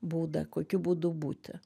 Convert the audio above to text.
būdą kokiu būdu būti